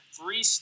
three